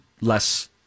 less